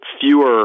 fewer